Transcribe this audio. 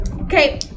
Okay